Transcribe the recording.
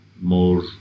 more